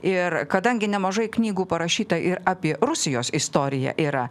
ir kadangi nemažai knygų parašyta ir apie rusijos istoriją yra